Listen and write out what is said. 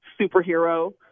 superhero